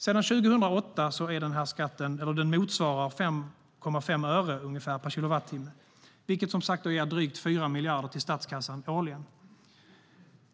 Sedan 2008 motsvarar skatten ungefär 5,5 öre per kilowattimme, vilket som sagt ger drygt 4 miljarder till statskassan årligen.